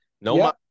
No